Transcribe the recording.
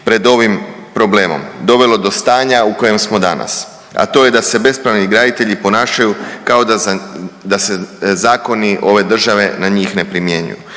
pred ovim problemom dovelo do stanja u kojem smo danas, a to je da se bespravni graditelji ponašaju kao da se zakoni ove države na njih ne primjenjuju.